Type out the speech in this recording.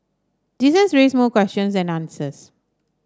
this has raised more questions than answers